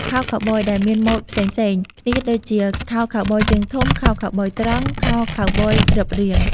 ខោខូវប៊យដែលមានម៉ូដផ្សេងៗគ្នាដូចជា ខោខូវប៊យជើងធំ, ខោខូវប៊យត្រង់ , ឬខោខូវប៊យរឹបរាង។